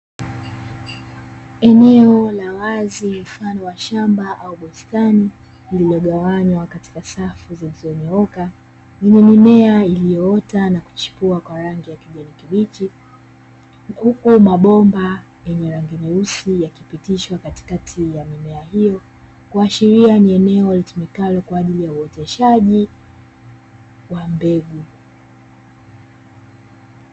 Eneo ni wazi, mfano wa shamba au bustani, zilizogawanywa katika safu zilizonyooka. Mimea iliyoota na kushikwa kwa rangi ya kijani kibichi. Huku mabomba yenye rangi nyeusi yakipitishwa katikati ya mimea hiyo, kuashiria ni eneo litumikalo kwa ajili ya uwoteshaji wa mbegu.